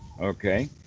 okay